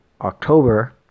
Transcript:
October